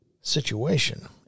situation